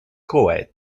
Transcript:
koweït